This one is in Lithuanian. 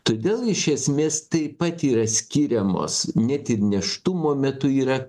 todėl iš esmės taip pat yra skiriamos net ir nėštumo metu yra